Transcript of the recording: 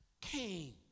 Cain